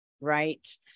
right